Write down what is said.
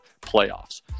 playoffs